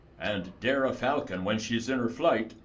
and dare a falcon when she's in her flight,